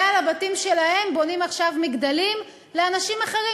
ועל הבתים שלהם בונים עכשיו מגדלים לאנשים אחרים,